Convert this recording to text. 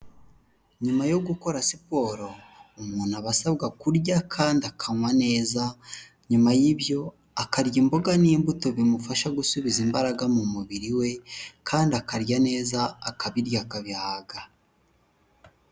Nyuma yo gukora siporo umuntu aba asabwa kurya kandi akanywa neza, nyuma y'ibyo akarya imboga n'imbuto bimufasha gusubiza imbaraga mu mubiri we kandi akarya neza akabirya akabihaga.